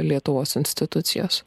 lietuvos institucijas